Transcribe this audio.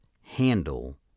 handle